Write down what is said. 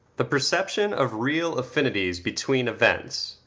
the perception of real affinities between events,